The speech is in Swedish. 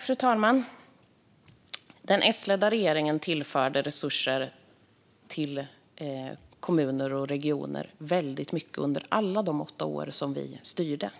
Fru talman! Den S-ledda regeringen tillförde väldigt mycket resurser till kommuner och regioner under alla de åtta år då vi styrde.